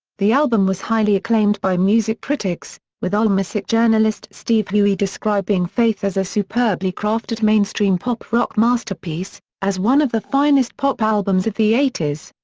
the album was highly acclaimed by music critics, with allmusic journalist steve huey describing faith as a superbly crafted mainstream pop rock masterpiece and one of the finest pop albums of the eighty s.